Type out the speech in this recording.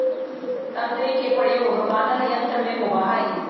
तंत्री के प्रयोग वादन यंत्र में होबा हई